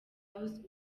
house